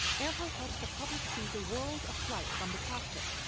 earhart helps the public see the world of flight from the cockpit,